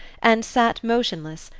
and sat motionless,